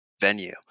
venue